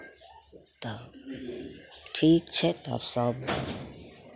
तऽ ठीक छै तऽ सभ